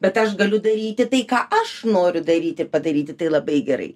bet aš galiu daryti tai ką aš noriu daryti padaryti tai labai gerai